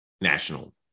national